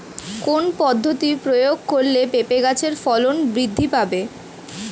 কোন পদ্ধতি প্রয়োগ করলে পেঁপে গাছের ফলন বৃদ্ধি পাবে?